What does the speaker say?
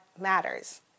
matters